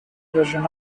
version